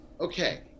Okay